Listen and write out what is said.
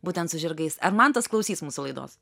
būtent su žirgais ar mantas klausys mūsų laidos